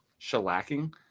Shellacking